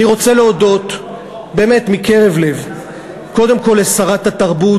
אני רוצה להודות באמת מקרב לב קודם כול לשרת התרבות,